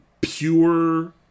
pure